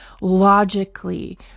logically